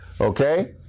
okay